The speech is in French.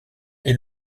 est